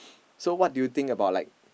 so what do you think about like